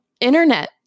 internet